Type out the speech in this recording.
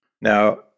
Now